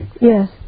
yes